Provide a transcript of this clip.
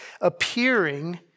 appearing